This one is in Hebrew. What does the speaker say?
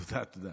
תודה, תודה.